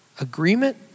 agreement